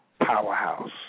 powerhouse